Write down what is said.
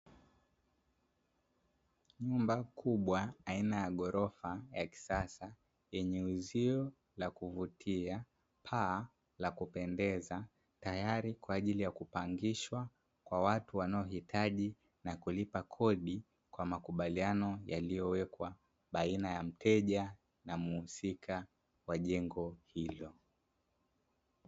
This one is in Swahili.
Nyumba kubwa aina ya ghorofa ya kisasa yenye uzio na kuvutia, paa la kupendeza, tayari kwa kupangishwa kwa watu wanaohitaji na kulipa kodi, kwa makubaliano yaliyowekwa baina ya mteja na muhusika wa jengo hilo.